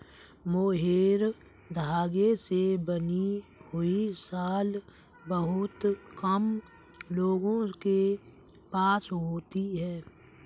mohair धागे से बनी हुई शॉल बहुत कम लोगों के पास होती है